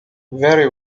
very